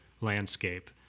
landscape